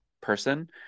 person